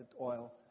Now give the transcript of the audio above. oil